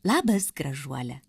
labas gražuole